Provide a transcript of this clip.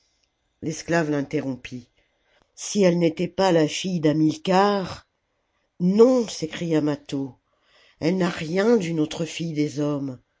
l'esclave finterrompit si elle n'était pas la fille d'hamilcar non s'écria mâtho elle n'a rien d'une autre fille des hommes